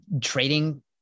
trading